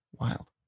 Wild